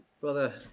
Brother